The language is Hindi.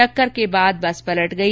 टक्कर के बाद बस पलट गई